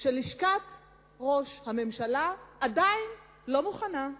שלשכת ראש הממשלה עדיין לא מוכנה.